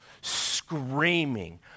screaming